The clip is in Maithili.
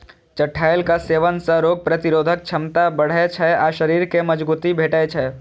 चठैलक सेवन सं रोग प्रतिरोधक क्षमता बढ़ै छै आ शरीर कें मजगूती भेटै छै